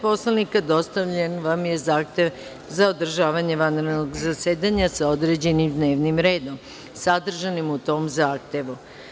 Poslovnika, dostavljen vam je zahtev za održavanje vanrednog zasedanja sa određenim dnevnim redom sadržanim u tom zahtevu.